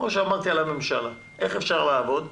כפי שאמרתי על הממשלה: איך אפשר לעבוד כך?